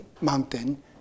mountain